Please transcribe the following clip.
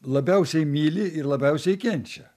labiausiai myli ir labiausiai kenčia